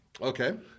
Okay